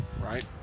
right